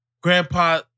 Grandpa